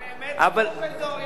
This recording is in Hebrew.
הם באמת טרומפלדורים,